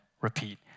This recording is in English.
repeat